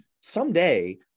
someday